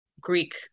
Greek